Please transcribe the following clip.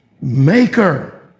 maker